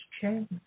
change